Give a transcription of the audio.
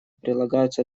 прилагаются